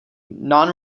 non